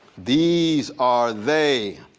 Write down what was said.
these are they.